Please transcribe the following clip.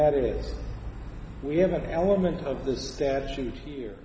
added we have an element of the statute here